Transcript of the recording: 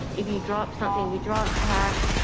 if you drop something, we drop trash.